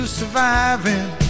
surviving